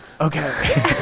Okay